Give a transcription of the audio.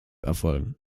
erfolgen